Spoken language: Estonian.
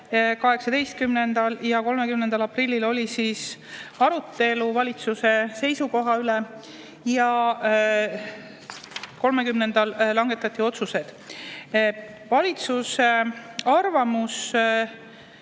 18. ja 30. aprillil oli arutelu valitsuse seisukoha üle ja 30‑ndal langetati otsused. Valitsuse arvamus